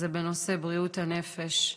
זה בנושא בריאות הנפש.